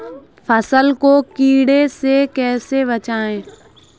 फसल को कीड़े से कैसे बचाएँ?